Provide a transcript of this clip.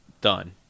done